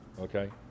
okay